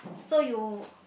so you